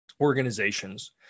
organizations